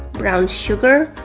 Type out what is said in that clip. brown sugar,